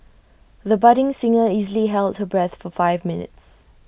the budding singer easily held her breath for five minutes